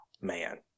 man